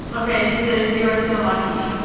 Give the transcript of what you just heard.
okay, she says you are so lucky.